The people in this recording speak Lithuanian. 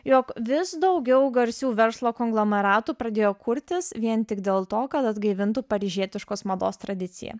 jog vis daugiau garsių verslo konglomeratų pradėjo kurtis vien tik dėl to kad atgaivintų paryžietiškos mados tradiciją